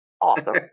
awesome